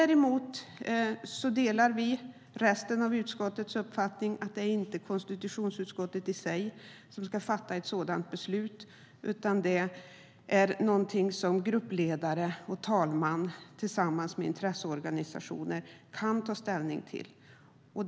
Vi delar utskottets uppfattning att det inte är konstitutionsutskottet i sig som ska fatta sådana beslut, utan det är gruppledare och talman tillsammans med intresseorganisationer som ska ta ställning i frågorna.